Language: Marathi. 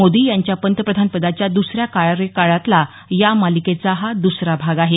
मोदी यांच्या पंतप्रधानपदाच्या दुसऱ्या कार्यकाळातला या मालिकेचा हा दसरा भाग आहे